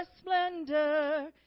splendor